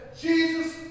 Jesus